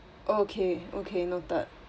okay okay noted